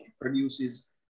produces